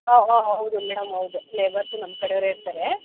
ಹಾಂ ಹಾಂ ಹೌದು ಮೇಡಮ್ ಹೌದು ಲೇಬರ್ಸು ನಮ್ಮ ಕಡೆಯವರೇ ಇರ್ತಾರೆ